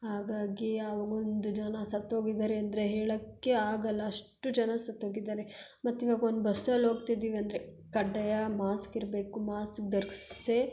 ಹಾಗಾಗಿ ಆ ಒಂದು ಜನ ಸತ್ತೋಗಿದ್ದಾರೆ ಅಂದರೆ ಹೇಳಕ್ಕೇ ಆಗಲ್ಲ ಅಷ್ಟು ಜನ ಸತ್ತೋಗಿದ್ದಾರೆ ಮತ್ತು ಇವಾಗ ಒಂದು ಬಸ್ಸಲ್ಲಿ ಹೋಗ್ತಿದ್ದಿವಿ ಅಂದರೆ ಕಡ್ಡಾಯ ಮಾಸ್ಕ್ ಇರಬೇಕು ಮಾಸ್ಕ್ ಧರ್ಸ್ಯೇ